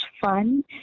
fun